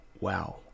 wow